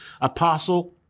Apostle